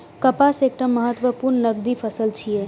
कपास एकटा महत्वपूर्ण नकदी फसल छियै